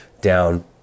down